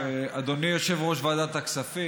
אדוני יושב-ראש ועדת הכספים,